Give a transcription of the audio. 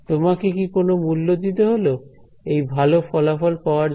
তোমাকে কি কোন মূল্য দিতে হলো এই ভালো ফলাফল পাওয়ার জন্য